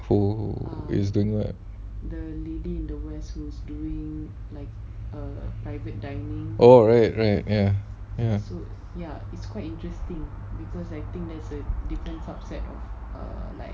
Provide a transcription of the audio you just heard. oh is doing what oh right right yes